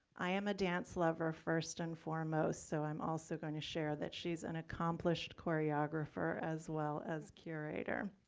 i am a dance lover first and foremost, so i'm also going to share that she's an accomplished choreographer as well as curator.